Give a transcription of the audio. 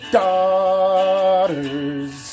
daughters